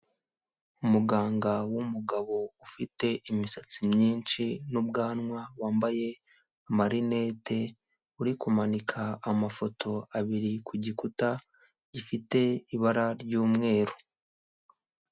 Umuganga w'umugabo ufite imisatsi myinshi n'ubwanwa wambaye amarinete, uri kumanika amafoto abiri ku gikuta gifite ibara ry'umweru.